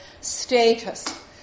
status